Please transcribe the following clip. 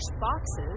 boxes